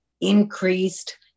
increased